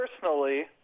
personally